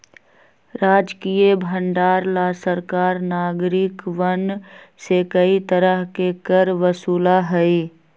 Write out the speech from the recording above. राजकीय भंडार ला सरकार नागरिकवन से कई तरह के कर वसूला हई